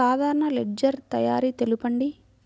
సాధారణ లెడ్జెర్ తయారి తెలుపండి?